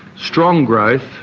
strong growth,